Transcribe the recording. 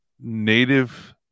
native